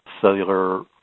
cellular